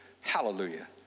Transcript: Hallelujah